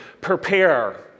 prepare